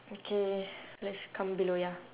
okay let's come below ya